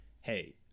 hey